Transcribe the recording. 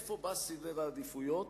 איפה בא סדר העדיפויות,